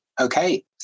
Okay